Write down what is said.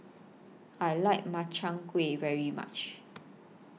I like Makchang Gui very much